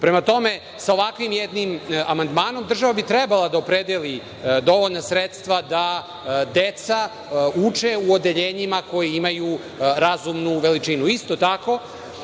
tome, sa ovakvim jednim amandmanom država bi trebala da obezbedi dovoljna sredstva da deca uče u odeljenjima koji imaju razumnu veličinu. Isto tako,